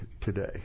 today